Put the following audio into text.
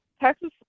texas